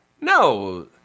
No